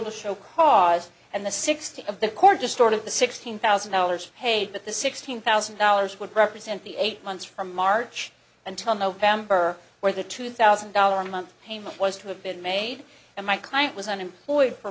to show cause and the sixty of the court distorted the sixteen thousand dollars paid but the sixteen thousand dollars would represent the eight months from march until november where the two thousand dollars a month payment was to have been made and my client was unemployed for